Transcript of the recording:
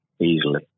easily